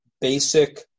basic